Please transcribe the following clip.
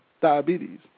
diabetes